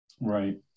Right